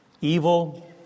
evil